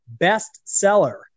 bestseller